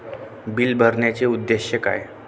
Bill भरण्याचे उद्देश काय?